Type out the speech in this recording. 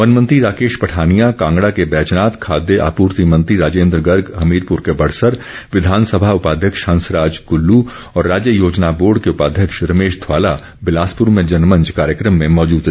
one मंत्री राकेश पठानिया कांगड़ा के बैजनाथ खाद्य आपूर्ति मंत्री राजेन्द्र गर्ग ँ हमीरपुर के बड़सर विधानसभा उपाध्यक्ष हंसराज कुल्लू और राज्य योजना बोर्ड के उपाध्यक्ष रभेश धवाला बिलासपुर में जनमंच कार्यक्रम में मौजूद रहे